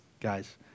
guys